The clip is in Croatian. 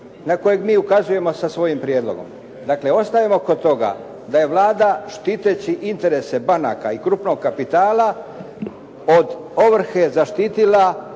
na kojeg mi ukazujemo sa svojim prijedlogom. Dakle, ostajemo kod toga da je Vlada štiteći interese banaka i krupnog kapitala od ovrhe zaštitila